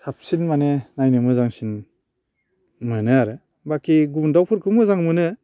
साबसिन माने नायनो मोजांसिन मोनो आरो बाखि गुबुन दाउफोरखौ मोजां मोनो